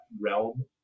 realm